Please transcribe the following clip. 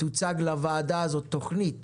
תוצג לוועדה הזאת תכנית